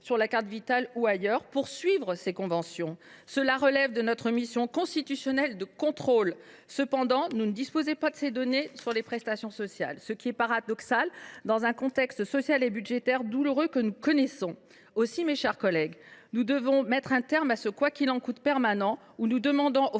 sur la carte Vitale ou ailleurs, afin de permettre un suivi de ces conventions. Cela relève de notre mission constitutionnelle de contrôle. Nous ne disposons pas non plus de données sur les prestations sociales, ce qui est paradoxal dans le contexte social et budgétaire douloureux que nous connaissons. Aussi, mes chers collègues, nous devons mettre un terme à ce « quoi qu’il en coûte » permanent, par lequel nous demandons aux